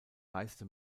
reiste